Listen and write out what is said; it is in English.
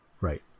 right